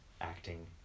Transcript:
acting